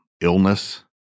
illness